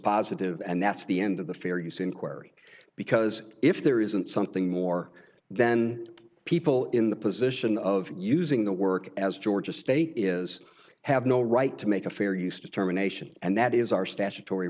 positive and that's the end of the fair use inquiry because if there isn't something more then people in the position of using the work as georgia state is have no right to make a fair use determinations and that is our statutory